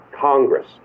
Congress